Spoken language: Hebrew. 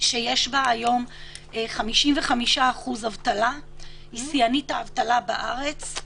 שיש בה היום 55% אבטלה, היא שיאנית האבטלה בארץ.